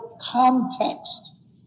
context